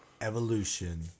Evolution